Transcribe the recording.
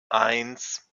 eins